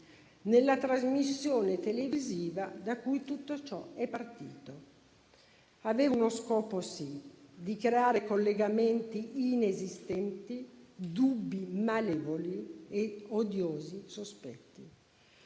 nella trasmissione televisiva da cui tutto ciò è partito e che aveva uno scopo, sì: quello di creare collegamenti inesistenti, dubbi malevoli e odiosi sospetti.